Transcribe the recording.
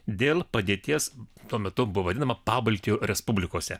dėl padėties tuo metu buvo vadinama pabaltijo respublikose